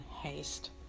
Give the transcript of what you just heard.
haste